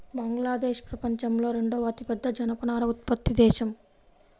బంగ్లాదేశ్ ప్రపంచంలో రెండవ అతిపెద్ద జనపనార ఉత్పత్తి దేశం